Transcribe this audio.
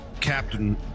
Captain